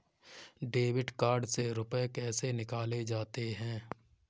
Debit card से रुपये कैसे निकाले जाते हैं?